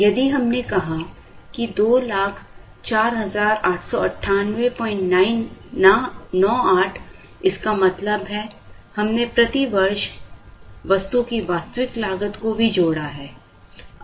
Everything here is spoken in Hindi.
यदि हमने कहा कि 20489898 इसका मतलब है हमने प्रति वर्ष वस्तु की वास्तविक लागत को भी जोड़ा है